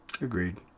Agreed